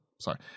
Sorry